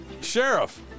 Sheriff